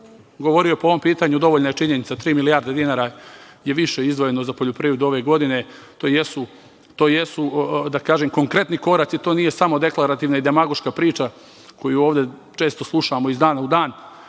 govorio po ovom pitanju, dovoljna je činjenica da je tri milijarde dinara više izdvojeno za poljoprivredu ove godine. To jesu konkretni koraci, to nije samo deklarativna i demagoška priča koju ovde često slušamo iz dana u dan.